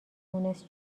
مونس